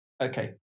okay